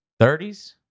30s